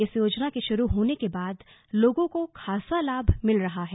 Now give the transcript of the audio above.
इस योजना के शुरू होने के बाद लोगों को खासा लाभ मिला है